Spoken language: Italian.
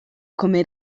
come